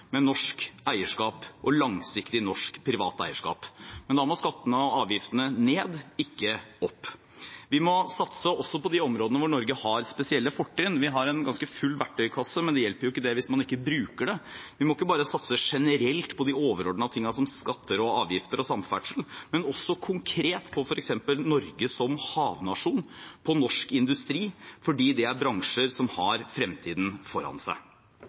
men da må skattene og avgiftene ned, ikke opp. Vi må satse også på de områdene hvor Norge har spesielle fortrinn. Vi har en ganske full verktøykasse, men det hjelper ikke hvis vi ikke bruker den. Vi må ikke bare satse generelt på de overordnede tingene som skatter, avgifter og samferdsel, men også konkret, f.eks. på Norge som havnasjon og på norsk industri fordi det er bransjer som har fremtiden foran seg.